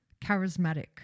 charismatic